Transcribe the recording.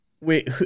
Wait